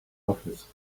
office